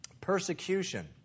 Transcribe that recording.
Persecution